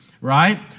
right